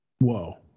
Whoa